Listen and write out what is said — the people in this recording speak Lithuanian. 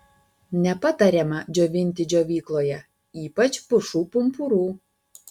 nepatariama džiovinti džiovykloje ypač pušų pumpurų